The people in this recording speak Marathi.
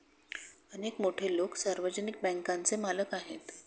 अनेक मोठे लोकं सार्वजनिक बँकांचे मालक आहेत